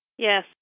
Yes